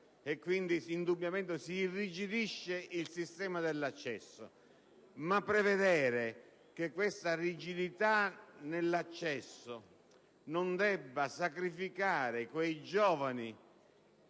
quindi, indubbiamente, si irrigidisce il sistema dell'accesso. Tuttavia, prevedere che questa rigidità nell'accesso non debba sacrificare quei giovani